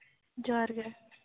ᱡᱚᱦᱟᱨ ᱜᱮ